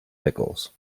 pickles